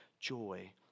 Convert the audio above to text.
joy